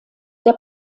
der